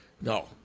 No